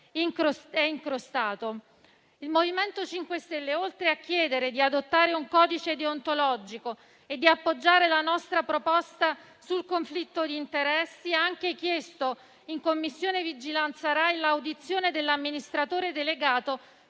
Il MoVimento 5 Stelle, oltre a chiedere di adottare un codice deontologico e di appoggiare la nostra proposta sul conflitto di interessi, ha anche chiesto, in Commissione di vigilanza Rai, l'audizione dell'amministratore delegato,